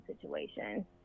situation